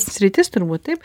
sritis turbūt taip